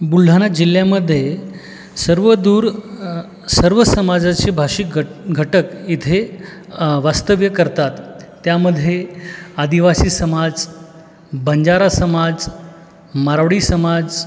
बुलढाणा जिल्ह्यामध्ये सर्वदूर सर्व समाजाचे भाषिक घट घटक इथे वास्तव्य करतात त्यामध्ये आदिवासी समाज बंजारा समाज मारवाडी समाज